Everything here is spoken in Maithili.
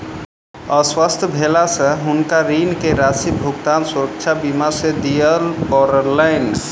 अस्वस्थ भेला से हुनका ऋण के राशि भुगतान सुरक्षा बीमा से दिय पड़लैन